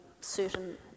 certain